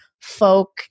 folk